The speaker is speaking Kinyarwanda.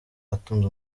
atunze